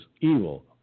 evil